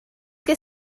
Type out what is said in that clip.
que